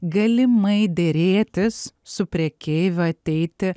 galimai derėtis su prekeiviu ateiti